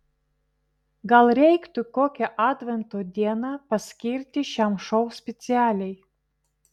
gal reiktų kokią advento dieną paskirti šiam šou specialiai